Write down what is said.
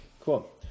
Cool